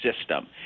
system